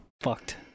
fucked